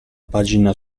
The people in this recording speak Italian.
pagina